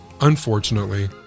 Unfortunately